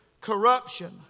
corruption